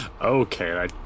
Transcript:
Okay